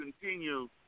continue